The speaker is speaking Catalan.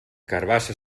carabassa